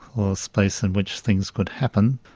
or space in which things could happen,